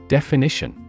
Definition